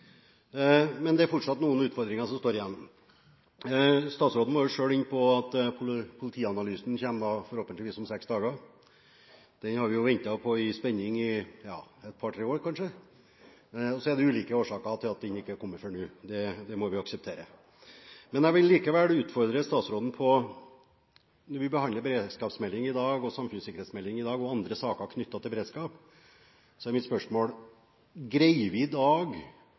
men det er fortsatt noen utfordringer som står igjen. Statsråden var selv inne på at politianalysen forhåpentligvis kommer om seks dager. Den har vi ventet på i spenning i et par–tre år, kanskje. Så er det ulike årsaker til at den ikke har kommet før nå, det må vi akseptere. Jeg vil likevel utfordre statsråden. Når vi behandler beredskapsmeldingen, samfunnssikkerhetsmelding og andre saker knyttet til beredskap i dag, er mitt spørsmål: Greier vi i dag